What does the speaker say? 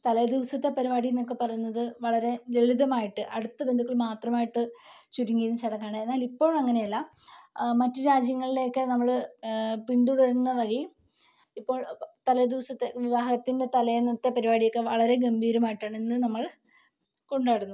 തലേദിവസത്തെ പരിപാടിന്നൊക്കെ പറയുന്നത് വളരെ ലളിതമായിട്ട് അടുത്ത ബന്ധുക്കള് മാത്രമായിട്ട് ചുരുങ്ങി നിന്ന ചടങ്ങാണ് എന്നാലിപ്പോഴ് അങ്ങനെയല്ല മറ്റു രാജ്യങ്ങളിലെയെക്കെ നമ്മള് പിന്തുടരുന്ന വഴി ഇപ്പോള് തലേദിവസത്തെ വിവാഹത്തിന്റെ തലേന്നത്തെ പരിപാടിയൊക്കെ വളരെ ഗംഭീരമായിട്ടാണ് ഇന്ന് നമ്മള് കൊണ്ടാടുന്നു